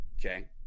okay